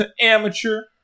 Amateur